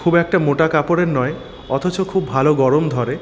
খুব একটা মোটা কাপড়ের নয় অথচ খুব ভালো গরম ধরে